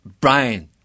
Brian